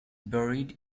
buried